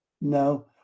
no